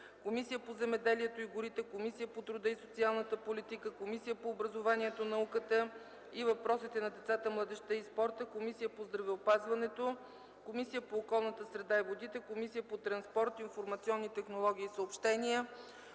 Комисията по земеделието и горите, Комисията по труда и социалната политика, Комисията по образованието, науката и въпросите на децата, младежта и спорта, Комисията по здравеопазването, Комисията по околната среда и водите, Комисията по транспорт, информационни технологии и съобщения,